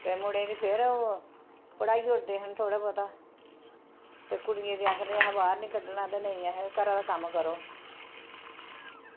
ते मुड़ें गी फिर ओह् पढ़ाई ओड़दे हन थोह्ड़ा बोह्ता ते कुड़ियें गी आखदे हे बाह्र निं कड्ढना ते नेईं अहें घरै दा कम्म करो